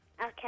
Okay